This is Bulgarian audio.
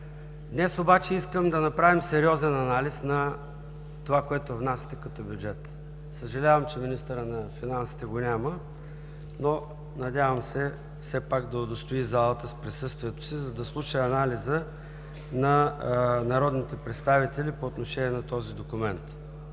Днес обаче искам да направим сериозен анализ на това, което внасяте като бюджет. Съжалявам, че министърът на финансите го няма, но, надявам се все пак да удостои залата с присъствието си, за да слуша анализа на народните представители по отношение на този документ.